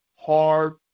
hard